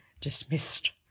dismissed